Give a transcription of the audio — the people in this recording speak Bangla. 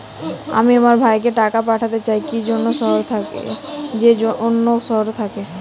আমি আমার ভাইকে টাকা পাঠাতে চাই যে অন্য শহরে থাকে